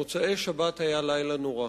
מוצאי-שבת היה לילה נורא.